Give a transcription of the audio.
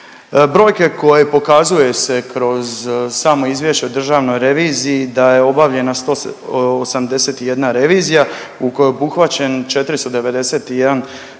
Brojke koje pokazuje se kroz samo izvješće o državnoj reviziji da je obavljena 181 revizija u kojoj je obuhvaćen 491 subjekt